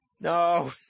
No